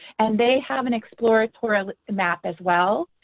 and they have an exploratory map as well